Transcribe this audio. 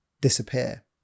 disappear